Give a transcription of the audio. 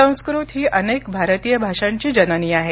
संस्कृत ही अनेक भारतीय भाषांची जननी आहे